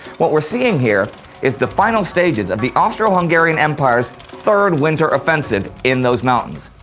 what we're seeing here is the final stages of the austro-hungarian empire's third winter offensive in those mountains.